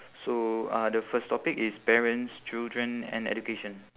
so uh the first topic is parents children and education